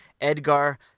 Edgar